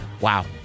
wow